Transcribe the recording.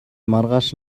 маргааш